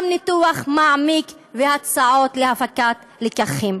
גם ניתוח מעמיק והצעות להפקת לקחים.